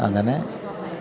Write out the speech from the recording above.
അങ്ങനെ